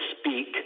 speak